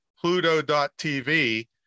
Pluto.tv